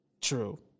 True